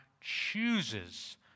chooses